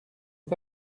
est